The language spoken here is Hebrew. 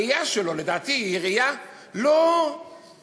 הראייה שלו, לדעתי, היא ראייה לא ידידותית.